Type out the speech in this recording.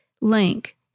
link